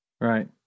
Right